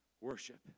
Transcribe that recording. worship